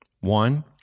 one